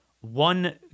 One